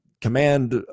command